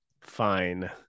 fine